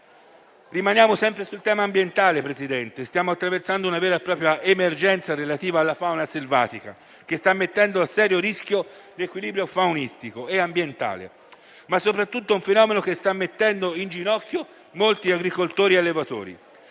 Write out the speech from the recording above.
Rimaniamo sempre sul tema ambientale, Presidente: stiamo attraversando una vera e propria emergenza relativa alla fauna selvatica, che sta mettendo a serio rischio l'equilibrio faunistico e ambientale. È soprattutto un fenomeno che sta mettendo in ginocchio molti agricoltori e allevatori.